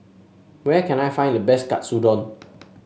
where can I find the best Katsudon